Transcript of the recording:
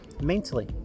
mentally